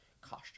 costume